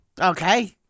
Okay